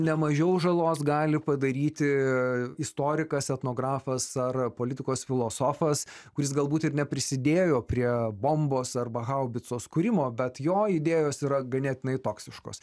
nemažiau žalos gali padaryti istorikas etnografas ar politikos filosofas kuris galbūt ir neprisidėjo prie bombos arba haubicos kūrimo bet jo idėjos yra ganėtinai toksiškos